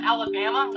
Alabama